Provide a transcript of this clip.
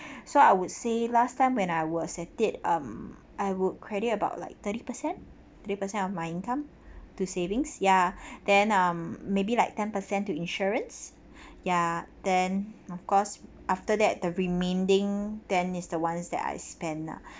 so I would say last time when I was a kid um I would credit about like thirty percent thirty percent of my income to saving ya then um maybe like ten per cent to insurance ya then of course after that the remaining then is the ones that I spend lah